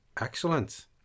Excellent